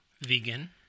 Vegan